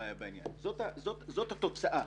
זאת התוצאה